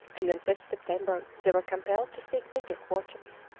and on fifth september they were compelled to seek winter quarters,